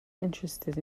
interested